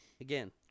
again